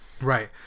Right